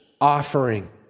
offering